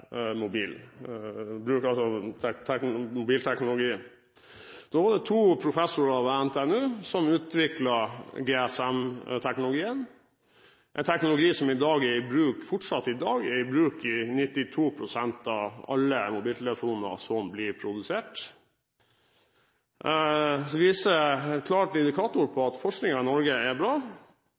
mobilteknologi. Da var det to professorer ved NTNU som utviklet GSM-teknologien, en teknologi som i dag fortsatt er i bruk i 92 pst. av alle mobiltelefoner som blir produsert. Dette er en klar indikator på at forskningen i Norge er bra.